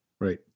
Right